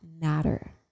matter